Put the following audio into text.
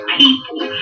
people